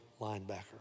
linebacker